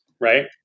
right